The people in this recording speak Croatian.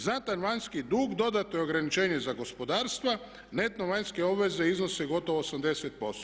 Znatan vanjski dug dodatno je ograničenje za gospodarstvo, neto vanjske obveze iznose gotovo 80%